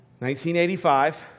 1985